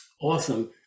Awesome